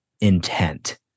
intent